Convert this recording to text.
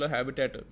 Habitat